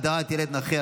הגדרת ילד נכה),